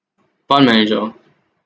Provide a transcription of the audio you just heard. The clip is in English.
fund manager